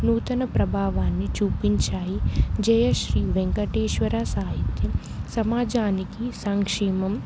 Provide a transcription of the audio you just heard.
నూతన ప్రభావాన్ని చూపించాయి జయ శ్రీ వెంకటేశ్వర సాహిత్యం సమాజానికి సంక్షీమం